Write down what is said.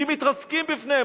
כי מתרסקים בפניהם.